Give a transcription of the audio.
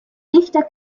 dichter